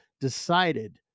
decided